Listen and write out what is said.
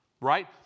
right